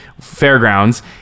fairgrounds